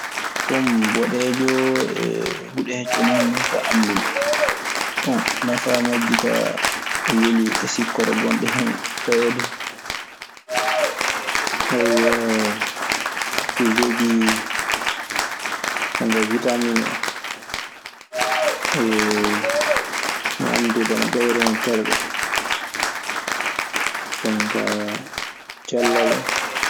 Won boɗeejo e huɗo hecco ne hen min kaa anndumi. Bon, nafaa majji kaa weli e sikkoro gonɗo hen oo, tawee du. Ɓe jogii jonaka e witaamin oo e ñaande ɗe ana ɓeydana terɗe jonkaa cellal en.